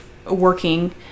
working